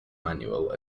manual